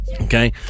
Okay